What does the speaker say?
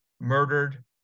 murdered